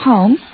Home